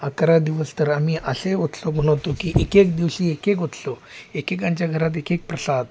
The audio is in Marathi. अकरा दिवस तर आम्ही असे उत्सव मनवतो की एक एक दिवशी एक एक उत्सव एकेकांच्या घरात एक एक प्रसाद